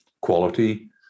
quality